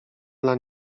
dla